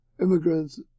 Immigrants